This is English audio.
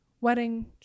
wedding